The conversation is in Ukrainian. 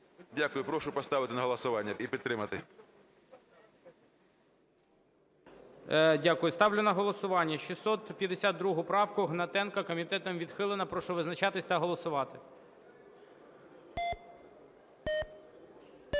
Дякую. Прошу поставити на голосування і підтримати. ГОЛОВУЮЧИЙ. Дякую. Ставлю на голосування 652 правку Гнатенка. Комітетом відхилена. Прошу визначатись та голосувати. 10:11:40